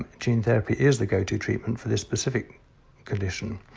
and gene therapy is the go to treatment for this specific condition.